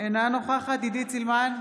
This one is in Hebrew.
אינה נוכחת עידית סילמן,